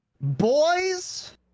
Boys